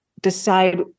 decide